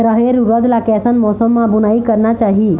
रहेर उरद ला कैसन मौसम मा बुनई करना चाही?